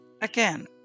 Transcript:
Again